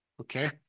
Okay